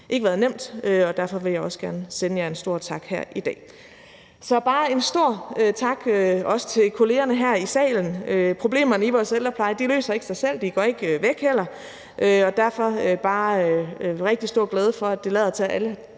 ikke været nemt, og derfor vil jeg også gerne sende jer en stor tak her i dag. Så har jeg også bare en stor tak til kollegaerne her i salen. Problemerne i vores ældrepleje løser ikke sig selv, de går ikke væk heller, og derfor er jeg bare rigtig glad for, at det lader til, at alle